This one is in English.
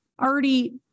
already